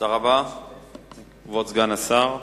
תודה רבה, כבוד סגן השר.